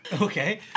Okay